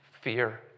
fear